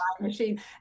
machine